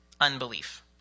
unbelief